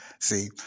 see